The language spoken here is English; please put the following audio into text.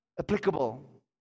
applicable